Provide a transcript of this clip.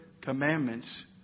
commandments